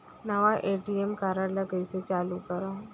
नवा ATM card ल कइसे चालू करव?